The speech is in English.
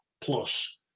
plus